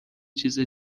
چیز